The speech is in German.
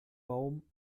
baum